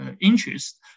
interest